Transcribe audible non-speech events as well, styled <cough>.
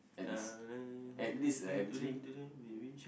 <noise> baby shark <noise> baby